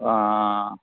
आ आ आ